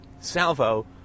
salvo